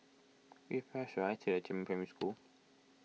which bus should I take to Jiemin Primary School